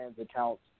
accounts